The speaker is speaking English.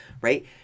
right